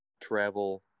travel